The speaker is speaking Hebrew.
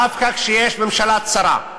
דווקא כשיש ממשלה צרה,